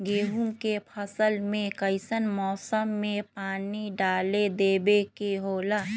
गेहूं के फसल में कइसन मौसम में पानी डालें देबे के होला?